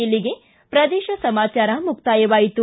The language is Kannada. ಇಲ್ಲಿಗೆ ಪ್ರದೇಶ ಸಮಾಚಾರ ಮುಕ್ತಾಯವಾಯಿತು